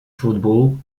football